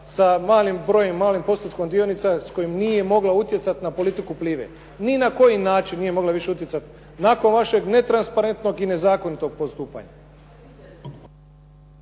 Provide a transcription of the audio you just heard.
sa malim brojem, mali postotkom dionica s kojima nije mogla utjecati na politiku Plive. Ni na koji način više nije mogla utjecati. Nakon vašeg netransparentnog i nezakonitog postupanja.